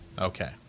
okay